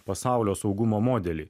pasaulio saugumo modelį